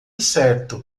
certo